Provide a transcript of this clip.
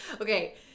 Okay